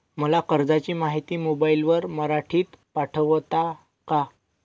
मला कर्जाची माहिती मोबाईलवर मराठीत पाठवता का?